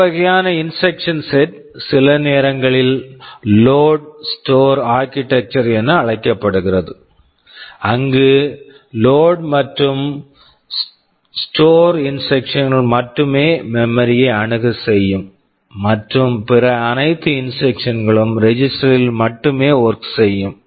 இந்த வகையான instruction instruction set set சில நேரங்களில் லோட் load ஸ்டோர் store ஆர்க்கிடெக்சர்architecture என அழைக்கப்படுகிறது அங்கு லோட் load மற்றும் ஸ்டோர் store இன்ஸ்ட்ரக்சன் instructions கள் மட்டுமே மெமரி memory ஐ அணுக செய்யும் மற்றும் பிற அனைத்து இன்ஸ்ட்ரக்சன் instructions களும் ரெஜிஸ்டர் register ல் மட்டுமே ஒர்க் work செய்யும்